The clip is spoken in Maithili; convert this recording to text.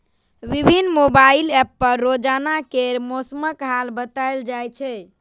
विभिन्न मोबाइल एप पर रोजाना केर मौसमक हाल बताएल जाए छै